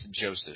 Joseph